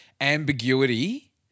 ambiguity